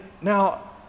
now